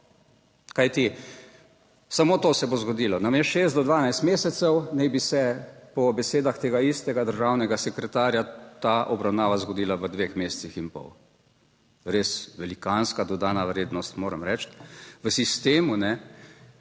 Kajti, samo to se bo zgodilo, namesto 6 do 12 mesecev naj bi se, po besedah tega istega državnega sekretarja, ta obravnava zgodila v dveh mesecih in pol. Res velikanska dodana vrednost, moram reči, v sistemu, kjer